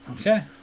Okay